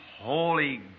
holy